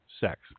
sex